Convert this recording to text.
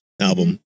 album